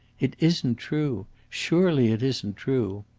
it isn't true! surely it isn't true?